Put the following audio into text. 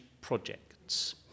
projects